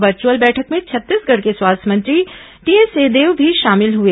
virtual बैठक में छत्तीसगढ़ के स्वास्थ्य मंत्री टीएस सिंहदेव भी शामिल हुए